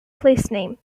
placename